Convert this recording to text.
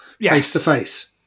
face-to-face